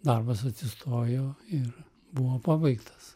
darbas atsistojo ir buvo pabaigtas